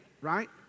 right